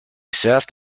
served